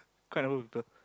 quite a number of people